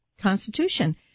Constitution